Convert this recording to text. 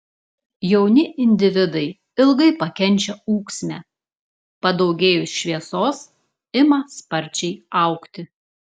jauni individai ilgai pakenčia ūksmę padaugėjus šviesos ima sparčiai augti